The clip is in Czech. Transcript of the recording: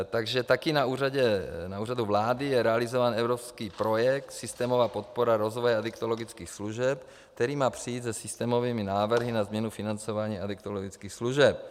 Takže taky na Úřadu vlády je realizován evropský projekt Systémová podpora rozvoje adiktologických služeb, který má přijít se systémovými návrhy na změnu financování adiktologických služeb.